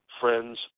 friends